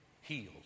healed